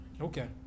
Okay